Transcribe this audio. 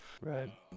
Right